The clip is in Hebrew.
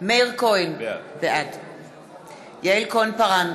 מאיר כהן, בעד יעל כהן-פארן,